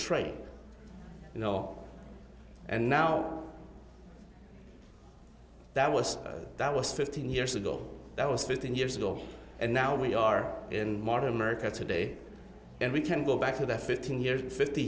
all and now that was that was fifteen years ago that was fifteen years ago and now we are in modern america today and we can go back to that fifteen years and fifty